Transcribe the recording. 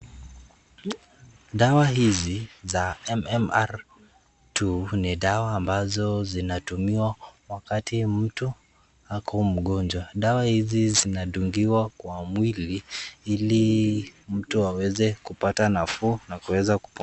Dawa hizi za M-M-R ni dawa ambazo zinatumiwa wakati mtu ako mgonjwa. Dawa hizi zinadungiwa kwa mwili ili mtu aweze kupata nafuu na kuweza kupona.